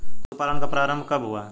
पशुपालन का प्रारंभ कब हुआ?